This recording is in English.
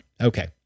Okay